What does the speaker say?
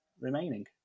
remaining